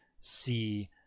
see